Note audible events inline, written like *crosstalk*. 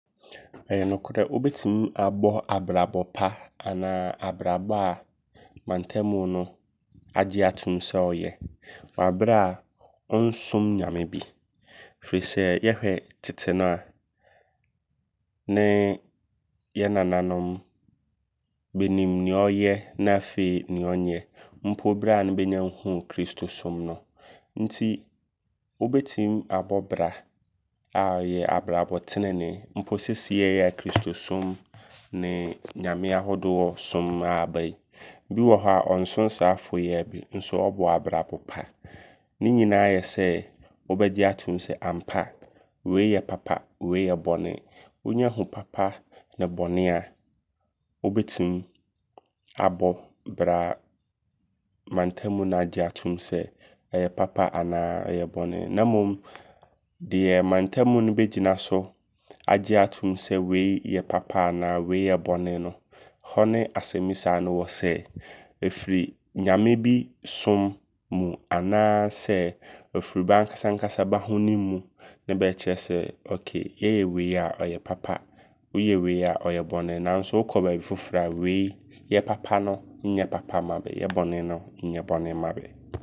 Ɛyɛ nɔkorɛ wobɛtim abɔ abrabɔ pa anaa abrabɔ a mantamu no agye atom sɛ ɔyɛ. Wɔ aberɛ a wonnsom Nyame bi. Firi sɛ yɛhwɛ tete no a nee yɛ nananom bɛnim neɛ ɔyɛ na afei neɛ ɔnyɛ. Mpo berɛ a ne bɛnnya nhuu Kristosom no. Nti wobɛtim abɔ bra a ɔyɛ abrabɔ tenenee. Mpo seesei aa kristosom *noise* nee nyame ahodoɔ som a aba yi. Bi wɔ hɔ a ɔnsom saafoɔ yi a bi nso ɔbɔ abrabɔ pa. Ne nyinaa yɛ sɛ wobɛgye atomu sɛ ampa wei yɛ papa wei yɛ bɔne. Wo nya hu papa ne bɔne a wobɛtimi abɔ bra a mantamu no agye atomu sɛ ɔyɛ papa anaa ɔyɛ bɔne. Na mmom deɛ mantamu no bɛgyina so agye atomu wei yɛ papa anaa wei yɛ bɔne no hɔ ne asɛmmisa no wɔ sɛ, ɛfiri nyame bi som mu anaa sɛ ɔfiri bɛ ankasa ankasa bɛ ahonimu ne bɛɛkyerɛ sɛ okay yɛyɛ wei a ɔyɛ papa Woyɛ wei a ɔyɛ bɔne? Nanso wokɔ baabi foforɔ a wei yɛ papa no nyɛ papa mma bɛ. Yɛ bɔne no nyɛ bɔne mma bɛ.